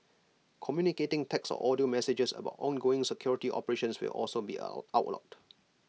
communicating text or audio messages about ongoing security operations will also be out outlawed